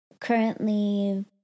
currently